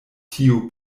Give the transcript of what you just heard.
tiu